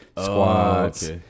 squats